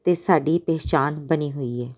ਅਤੇ ਸਾਡੀ ਪਹਿਚਾਣ ਬਣੀ ਹੋਈ ਹੈ